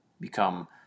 become